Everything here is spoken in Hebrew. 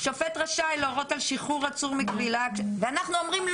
שופט רשאי להורות על שחרור עצור מכבילה" ואנחנו אומרים,